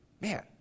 Man